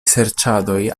serĉadoj